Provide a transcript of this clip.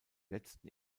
letzten